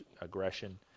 aggression